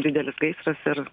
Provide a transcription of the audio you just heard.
didelis gaisras ir